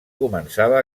començava